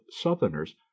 southerners